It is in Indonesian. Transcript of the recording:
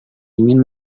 ingin